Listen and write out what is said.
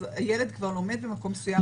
אז הילד כבר לומד במקום מסוים.